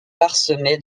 parsemé